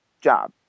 job